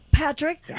Patrick